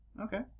Okay